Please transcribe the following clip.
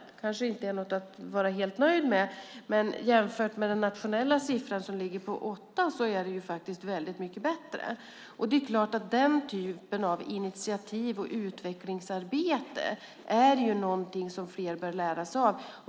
Det kanske inte är något att vara helt nöjd med, men jämfört med den nationella siffran som är 8 procent är det väldigt mycket bättre. Den typen av initiativ och utvecklingsarbete är ju något som fler bör lära sig av.